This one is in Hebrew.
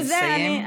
נא לסיים.